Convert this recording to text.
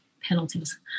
penalties